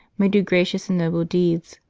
may do gracious and noble deeds,